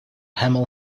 hemel